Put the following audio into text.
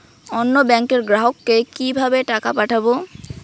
অন্য ব্যাংকের গ্রাহককে কিভাবে টাকা পাঠাবো?